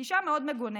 גישה מאוד מגוננת.